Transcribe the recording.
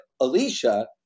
Alicia